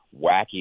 wacky